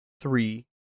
three